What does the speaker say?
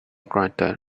granted